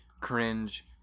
Cringe